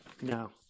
no